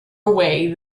away